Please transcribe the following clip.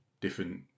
different